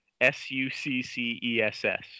S-U-C-C-E-S-S